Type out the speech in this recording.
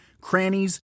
crannies